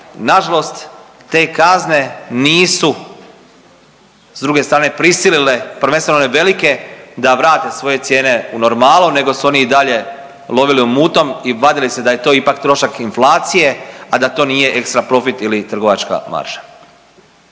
Nažalost te kazne nisu s druge strane prisilile prvenstveno one velike da vrate svoje cijene u normalu nego su oni i dalje lovili u mutnom i vadili se da je to ipak trošak inflacije, a da to nije ekstraprofit ili trgovačka marža.